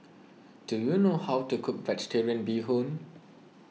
do you know how to cook Vegetarian Bee Hoon